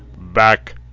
back